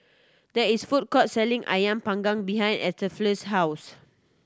there is food court selling Ayam Panggang behind Estefani's house